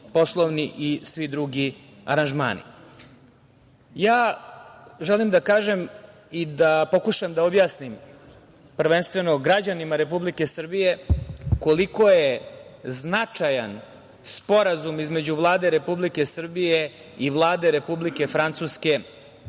i svi drugi aranžmani. Ja želim da kažem i da pokušam da objasnim, prvenstveno građanima Republike Srbije koliko je značajan Sporazum između Vlade Republike Srbije i Vlade Republike Francuske